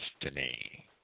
destiny